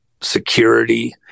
security